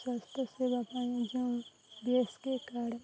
ସ୍ୱାସ୍ଥ୍ୟ ସେବା ପାଇଁ ଯେଉଁ B S K Y card